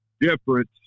difference